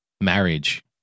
marriage